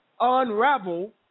unravel